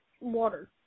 water